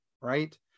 right